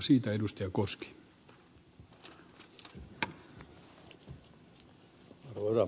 arvoisa herra puhemies